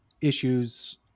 issues